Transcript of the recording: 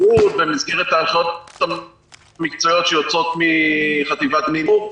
--- ובמסגרת ההנחיות המקצועיות שיוצאות מחטיבת ---,